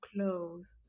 clothes